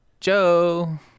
Joe